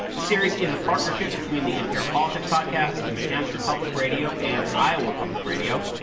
this series is a partnership between the npr politics podcast, new hampshire public radio and iowa public radio.